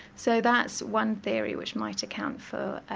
so that's one theory which might account for